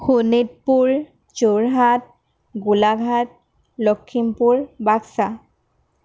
Sonitpur Jorhat Golaghat Lakhimpur Baksa